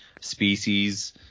species